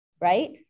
right